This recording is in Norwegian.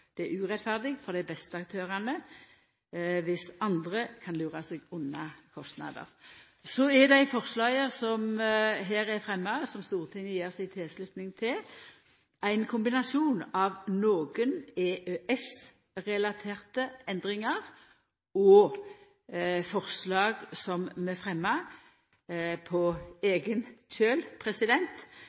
Det er urettferdig for dei beste aktørane dersom andre kan lura seg unna kostnader. Så er dei forslaga som her er fremja, som Stortinget gjev si tilslutning til, ein kombinasjon av nokre EØS-relaterte endringar og forslag som vi fremjar på eigen kjøl